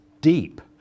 deep